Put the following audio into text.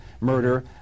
murder